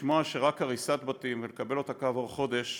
לשמוע שרק הריסת בתים ולקבל אותה כעבור חודש,